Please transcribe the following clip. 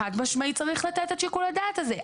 חד משמעית צריך לתת את שיקול הדעת הזה,